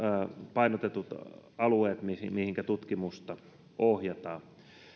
painotetut alueet mihinkä tutkimusta ohjataan